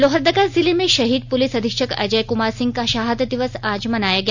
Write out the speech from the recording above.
लोहरदगा जिले में शहीद पुलिस अधीक्षक अजय कुमार सिंह का शहादत दिवस आज मनाया गया